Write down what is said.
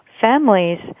families